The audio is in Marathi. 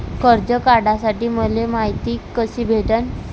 कर्ज काढासाठी मले मायती कशी भेटन?